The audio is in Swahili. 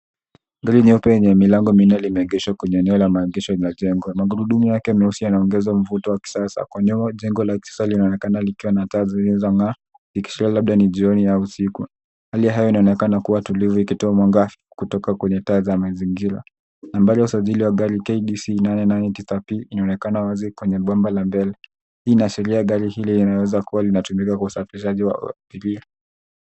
Gari nyeupe yenye milango minne imeegehwa kwenye eneo la maegesho linajengwa. Magurudumu yake meusi yanaongeza mvuto wa kisasa. Kwa nyuma, jengo la kisasa linaonekana likiwa na taa zilizong'aa ikiashiria labda ni jioni au usiku. Hali ya hewa inaonekana kuwa tulivu ikitoa mwangaza kutoka kwenye taa za mazingira. Nambari ya usajili wa gari KDC 889 T inaonekana wazi kwenye bomba la gari. Hii inaashiria gari hili linawezakuwa linatumika kwa usafirishaji wa abiria.